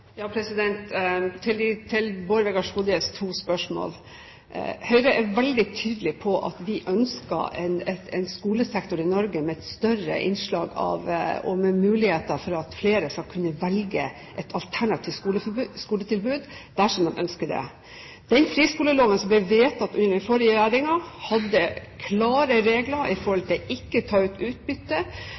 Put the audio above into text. Til Bård Vegar Solhjells to spørsmål: Høyre er veldig tydelig på at vi ønsker en skolesektor i Norge med større muligheter for at flere skal kunne velge et alternativt skoletilbud, dersom man ønsker det. Den friskoleloven som ble vedtatt under den forrige regjeringen, hadde klare regler i forhold til ikke å ta ut utbytte.